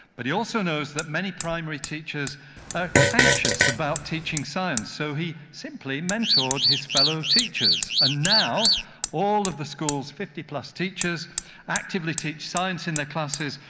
but he also knows that many primary teachers are anxious about teaching science, so he simply mentored his fellow teachers. and now all of the schools fifty plus teachers actively teach science in their classes,